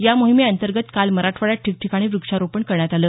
या मोहिमेअंतर्गत काल मराठवाड्यात ठिकठिकाणी व्रक्षारोपण करण्यात आलं